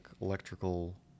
electrical